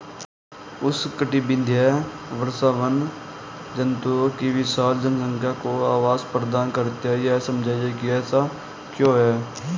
उष्णकटिबंधीय वर्षावन जंतुओं की विशाल जनसंख्या को आवास प्रदान करते हैं यह समझाइए कि ऐसा क्यों है?